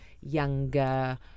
younger